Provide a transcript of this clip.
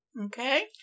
Okay